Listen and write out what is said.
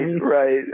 right